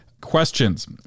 questions